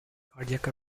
cardiac